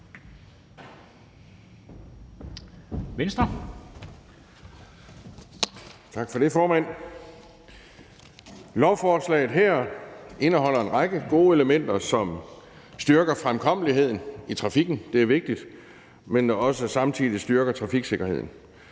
Tak for det, formand. Lovforslaget her indeholder en række gode elementer, som styrker fremkommeligheden i trafikken – det er vigtigt – og som også samtidig styrker trafiksikkerheden.